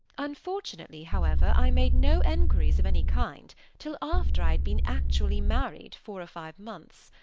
unfortunately, however, i made no enquiries of any kind till after i been actually married four or five months.